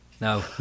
No